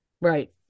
Right